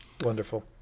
Wonderful